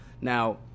Now